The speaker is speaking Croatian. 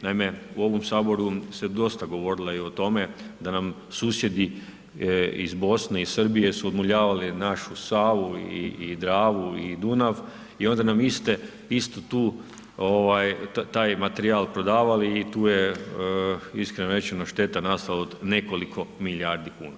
Naime, u ovom Saboru ste dosta govorila i o tome da nam susjedi iz Bosne i Srbije su odmuljavali našu Savu i Dravu i Dunav i onda nam istu tu, taj materijal prodavali i tu je iskreno rečeno, šteta nastala od nekoliko milijardi kuna.